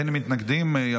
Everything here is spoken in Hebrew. אין, מתנגדים, אין.